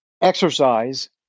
exercise